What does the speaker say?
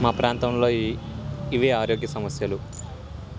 మా ప్రాంతంలో ఈ ఇవి ఆరోగ్య సమస్యలు